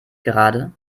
gerade